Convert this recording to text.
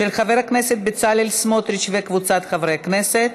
של חבר הכנסת בצלאל סמוטריץ וקבוצת חברי הכנסת,